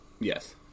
yes